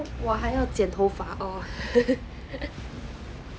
我还要剪头发哦